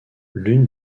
l’une